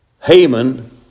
Haman